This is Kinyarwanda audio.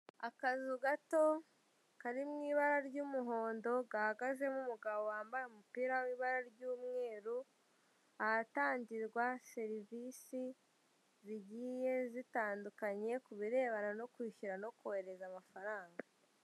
Akazu gato kari mu ibara ry'umuhondo gahagazemo umugabo wambaye umupira w'ibara ry'umweru ahatangirwa serivise zigiye zitandukanye ku birebana no kwishyura no kohereza amafaranga.